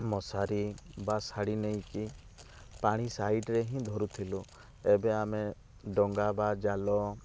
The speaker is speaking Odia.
ମଶାରୀ ବା ଶାଢ଼ୀ ନେଇକି ପାଣି ସାଇଡ଼ରେ ହିଁ ଧରୁଥିଲୁ ଏବେ ଆମେ ଡଙ୍ଗା ବା ଜାଲ